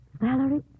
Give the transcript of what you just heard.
Valerie